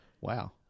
Wow